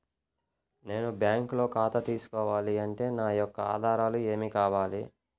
నేను బ్యాంకులో ఖాతా తీసుకోవాలి అంటే నా యొక్క ఆధారాలు ఏమి కావాలి?